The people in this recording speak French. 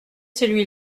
celui